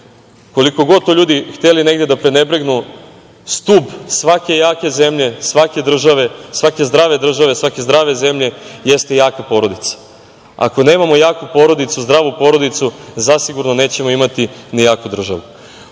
koliko god to god ljudi hteli negde na prenebregnu, stub svake jake zemlje, svake jake države, svake zdrave države, svake zdrave zemlje, jeste porodica. Ako nemamo jaku porodicu, zdravu porodicu, zasigurno nećemo imati ni jaku